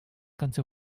ganze